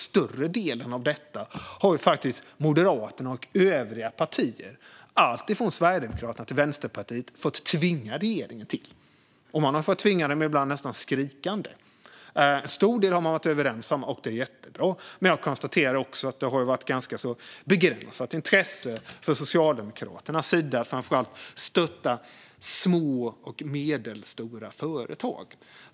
Större delen av detta har faktiskt Moderaterna och övriga partier, från Sverigedemokraterna till Vänsterpartiet, fått tvinga regeringen till, ibland nästan skrikande. En stor del har man varit överens om, och det är jättebra. Men jag konstaterar också att det har varit ganska begränsat intresse, framför allt från Socialdemokraternas sida, av att stötta små och medelstora företag.